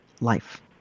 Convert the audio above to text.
life